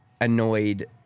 annoyed